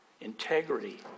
Integrity